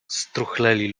struchleli